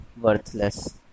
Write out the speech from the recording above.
Worthless